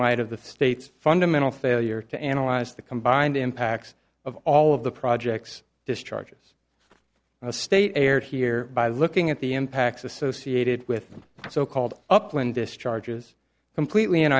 light of the state's fundamental failure to analyze the combined impact of all of the projects discharges state aired here by looking at the impacts associated with so called upland discharges completely in